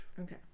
okay